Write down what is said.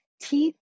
teeth